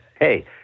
hey